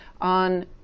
on